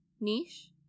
Niche